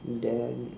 then